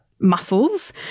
muscles